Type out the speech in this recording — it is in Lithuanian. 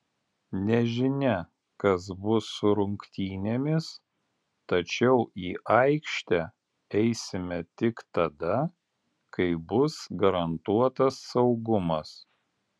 nežinia kas bus su rungtynėmis tačiau į aikštę eisime tik tada kai bus garantuotas saugumas